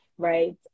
right